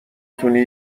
تونی